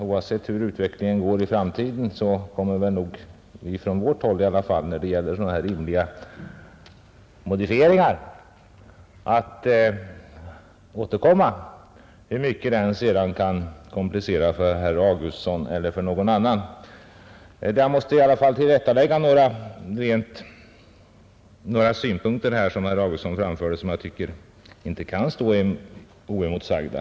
Oavsett hur det går i framtiden kommer vi i varje fall på vårt håll att föra fram förslag om dessa rimliga modifieringar — hur mycket det än kan komplicera det hela för herr Augustsson eller någon annan. Jag måste vidare bemöta några av herr Augustssons synpunkter som jag inte tycker kan få stå oemotsagda.